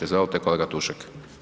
Izvolte kolega Tušek.